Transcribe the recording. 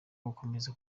gukomeza